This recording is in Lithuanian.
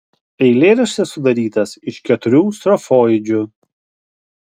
eilėraštis sudarytas iš keturių strofoidžių